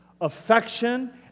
affection